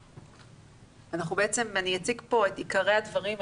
אני אציג את עיקרי הדברים,